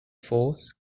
force